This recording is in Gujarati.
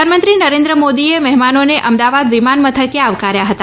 પ્રધાનમંત્રી નરેન્દ્ર મોદીએ મહેમાનોને અમદાવાદ વિમાન મથકે આવકાર્યા હતા